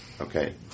Okay